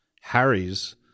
Harry's